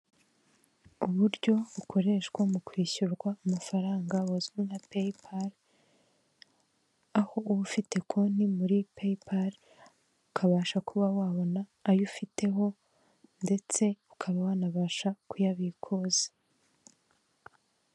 Uburyo bukoreshwa mu kwishyurwa amafaranga, buzwi nka Paypal, aho uba ufite konti muri Paypal, ukabasha kuba wabona ayo ufiteho ndetse ukaba wanabasha kuyabikuza.